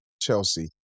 Chelsea